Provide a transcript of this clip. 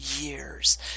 Years